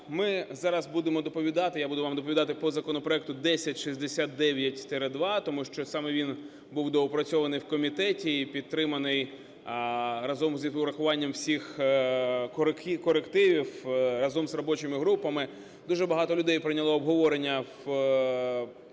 ми зараз будемо доповідати, я буду вам доповідати по законопроекту 1069-2, тому що саме він був доопрацьований у комітеті і підтриманий разом з урахуванням всіх корективів, разом з робочими групами. Дуже багато людей прийняло в обговоренні цього